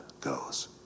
goes